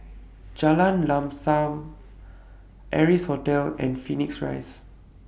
Jalan Lam SAM Amrise Hotel and Phoenix Rise